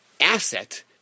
asset